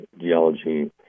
geology